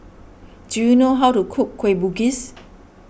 do you know how to cook Kueh Bugis